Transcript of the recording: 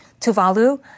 Tuvalu